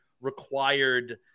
required